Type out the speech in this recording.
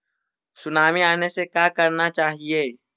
Tsunami आने से का करना चाहिए?